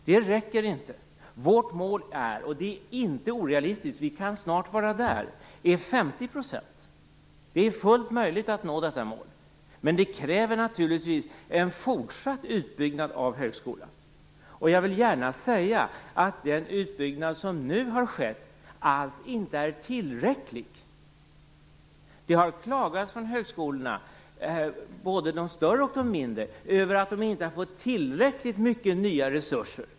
Det räcker inte. Vårt mål är, vilket inte är orealistiskt, och vi kan snart vara där, 50 %. Det är fullt möjligt att nå detta mål. Men detta kräver naturligtvis en fortsatt utbyggnad av högskolan. Och jag vill gärna säga att den utbyggnad som nu har skett inte alls är tillräcklig. Det har klagats från högskolorna, både från de större och från de mindre, över att de inte har fått tillräckligt mycket nya resurser.